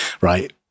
right